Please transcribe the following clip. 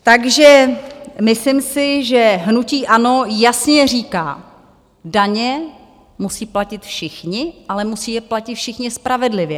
Takže myslím si, že hnutí ANO jasně říká daně musí platit všichni, ale musí je platit všichni spravedlivě.